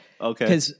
Okay